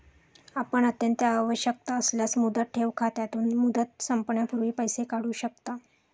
आपण अत्यंत आवश्यकता असल्यास मुदत ठेव खात्यातून, मुदत संपण्यापूर्वी पैसे काढू शकता